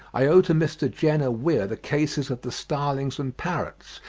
i owe to mr. jenner weir the cases of the starlings and parrots,